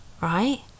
right